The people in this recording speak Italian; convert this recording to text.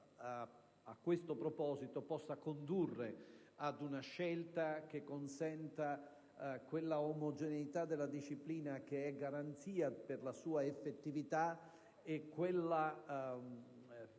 a questo proposito possa condurre ad una scelta che consenta quell'omogeneità della disciplina, che è garanzia per la sua effettività, e quella